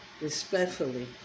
respectfully